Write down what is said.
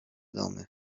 domy